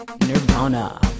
Nirvana